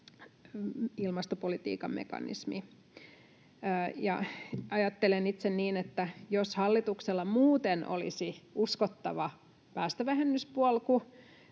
ilmastopolitiikan mekanismi. Ajattelen itse niin, että jos hallituksella muuten olisi uskottava päästövähennyspolku